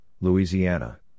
Louisiana